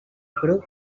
grup